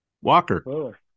Walker